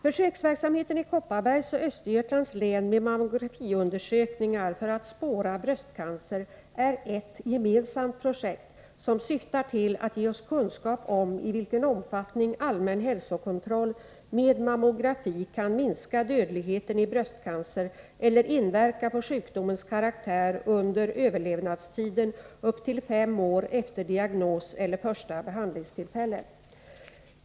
Försöksverksamheten i Kopparbergs och Östergötlands län med mammografiundersökningar för att spåra bröstcancer är ett gemensamt projekt som syftar till att ge oss kunskap om i vilken omfattning allmän hälsokontroll med mammografi kan minska dödligheten i bröstcancer eller inverka på sjukdomens karaktär under överlevnadstiden upp till fem år efter diagnoseller första behandlingstillfälle.